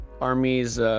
army's